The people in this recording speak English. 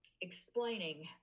explaining